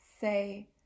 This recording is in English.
say